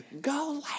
Go